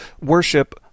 worship